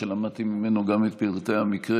ולמדתי ממנו גם את פרטי המקרה.